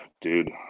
dude